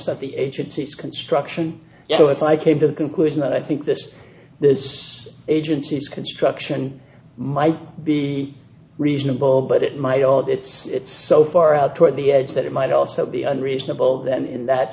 state the agency's construction so if i came to the conclusion that i think this the agency's construction might be reasonable but it might all it's so far out toward the edge that it might also be unreasonable then in that